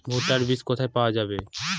ভুট্টার বিজ কোথায় পাওয়া যাবে?